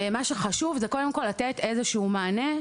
ומה שחשוב זה קודם כל לתת איזה שהוא מענה,